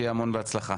שיהיה המון בהצלחה.